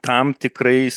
tam tikrais